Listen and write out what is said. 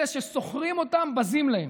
אלה ששכרו אותם בזים להם.